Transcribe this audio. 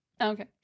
Okay